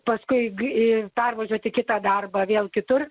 paskui pervažiuoti kitą darbą vėl kitur